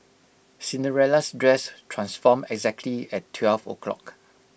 Cinderella's dress transformed exactly at twelve o' clock